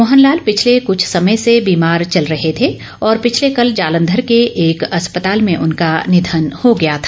मोहन लाल पिछले कुछ समय से बीमार चल रहे थे और पिछले कल जालंधर के एक अस्पताल में उनका निधन हो गया था